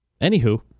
Anywho